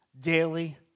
daily